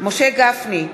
משה גפני,